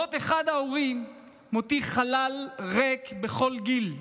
מות אחד ההורים מותיר חלל ריק בכל גיל,